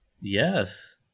Yes